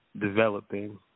developing